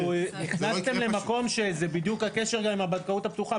נכנסתם למקום שזה בדיוק הקשר גם עם הבנקאות הפתוחה.